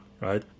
right